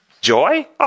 Joy